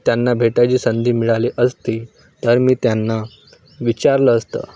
त्यांना भेटायची संधी मिळाली असती तर मी त्यांना विचारलं असतं